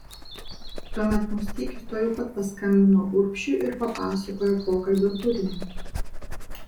tuomet musteikis tuojau pat paskambino urbšiui ir papasakojo pokalbio turinį